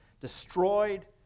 destroyed